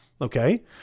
Okay